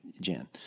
Jan